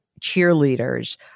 cheerleaders